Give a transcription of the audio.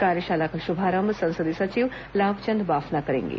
कार्यशाला का शुभारंभ संसदीय सचिव लाभचंद बाफना करेंगे